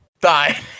die